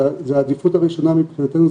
זו העדיפות הראשונה מבחינתנו,